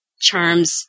charms